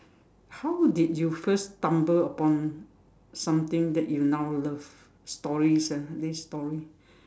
how did you first stumble upon something that you now love stories ah this is story